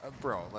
bro